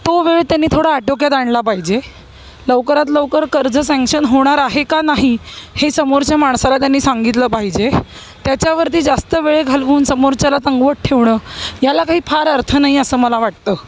तो वेळ त्यांनी थोडा आटोक्यात आणला पाहिजे लवकरात लवकर कर्ज सँक्शन होणार आहे का नाही हे समोरच्या माणसाला त्यांनी सांगितलं पाहिजे त्याच्यावरती जास्त वेळ घालवून समोरच्याला तंगवत ठेवणं याला काही फार अर्थ नाही आहे असं मला वाटतं